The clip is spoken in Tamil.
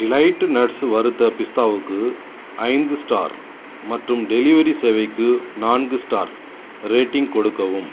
டிலைட்டு நட்ஸு வறுத்த பிஸ்தாவுக்கு ஐந்து ஸ்டார் மற்றும் டெலிவரி சேவைக்கு நான்கு ஸ்டார் ரேட்டிங் கொடுக்கவும்